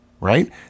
right